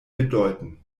bedeuten